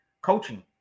coaching